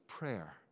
Prayer